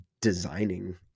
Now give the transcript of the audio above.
designing